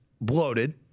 bloated